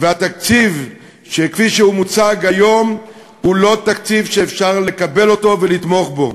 והתקציב כפי שהוא מוצג היום הוא לא תקציב שאפשר לקבל אותו ולתמוך בו.